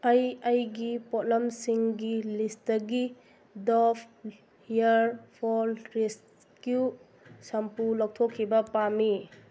ꯑꯩ ꯑꯩꯒꯤ ꯄꯣꯠꯂꯝꯁꯤꯡꯒꯤ ꯂꯤꯁꯇꯒꯤ Dove hair fall rescue shampoo ꯂꯧꯊꯣꯛꯈꯤꯕ ꯄꯥꯝꯃꯤ